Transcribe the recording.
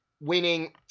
winning